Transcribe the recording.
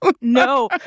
no